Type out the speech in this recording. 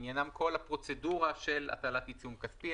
עניינם של הסעיפים זה כל הפרוצדורה של הטלת עיצום כספי.